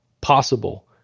possible